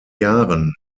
jahren